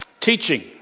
teaching